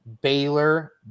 Baylor